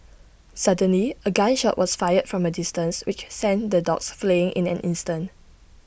suddenly A gun shot was fired from A distance which sent the dogs fleeing in an instant